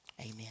amen